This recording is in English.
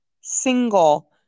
single